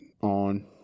on